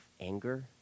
anger